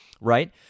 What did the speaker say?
Right